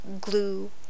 glue